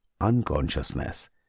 unconsciousness